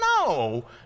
No